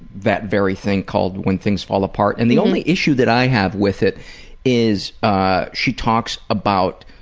that very thing called when things fall apart. and the only issue that i have with it is ah she talks about